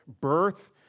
birth